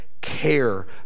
care